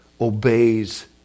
obeys